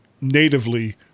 natively